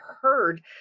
heard